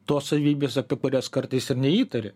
tos savybės apie kurias kartais ir neįtari